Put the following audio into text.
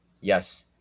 Yes